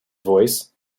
voice